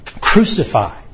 Crucify